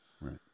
Right